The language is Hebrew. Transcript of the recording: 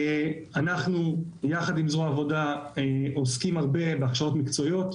אנחנו יחד עם זרוע העבודה עוסקים הרבה בהכשרות מקצועיות,